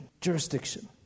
jurisdiction